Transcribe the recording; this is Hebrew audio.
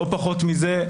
לא פחות מזה.